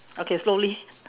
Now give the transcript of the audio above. okay slowly